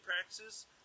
practices